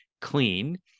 clean